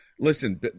Listen